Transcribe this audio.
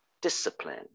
Discipline